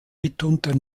mitunter